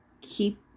keep